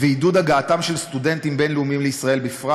ועידוד הגעתם של סטודנטים בין-לאומיים לישראל בפרט,